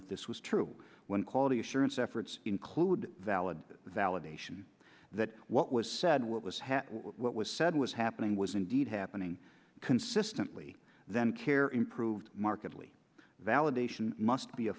that this was true when quality assurance efforts include valid validation that what was said what was happening what was said was happening was indeed happening consistently then care improved markedly validation must be a